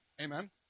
amen